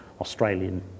Australian